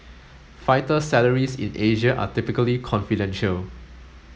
fighter salaries in Asia are typically confidential